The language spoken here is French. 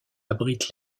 abrite